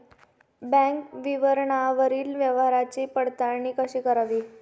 Bank विवरणावरील व्यवहाराची पडताळणी कशी करावी?